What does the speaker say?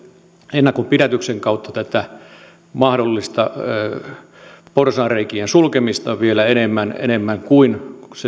ennakkopidätyksen kautta tätä mahdollisten porsaanreikien sulkemista vielä enemmän enemmän kuin